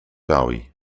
bowie